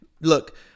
Look